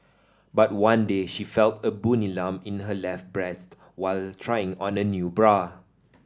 but one day she felt a bony lump in her left breast while trying on a new bra